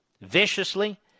Viciously